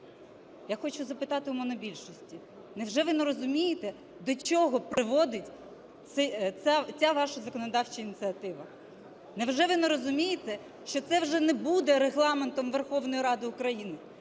Я хочу запитати у монобільшості: невже ви не розумієте, до чого приводить ця ваша законодавча ініціатива? Невже ви не розумієте, що це вже не буде Регламентом Верховної Ради України?